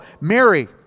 Mary